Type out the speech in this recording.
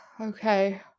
Okay